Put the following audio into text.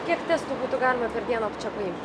kiek testų būtų galima per dieną čia paimt